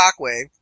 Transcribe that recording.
Shockwave